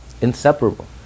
inseparable